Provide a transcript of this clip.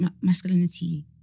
masculinity